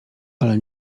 ale